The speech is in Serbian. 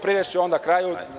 Privešću onda kraju.